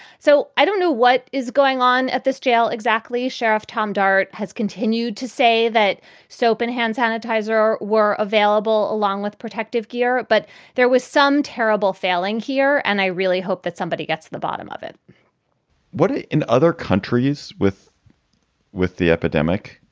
so i don't know what is going on at this jail exactly. sheriff tom dart has continued to say that soap in hand sanitizer were available along with protective gear. but there was some terrible failing here and i really hope that somebody gets to the bottom of it ah in other countries with with the epidemic.